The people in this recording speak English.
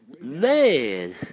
man